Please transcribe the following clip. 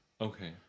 Okay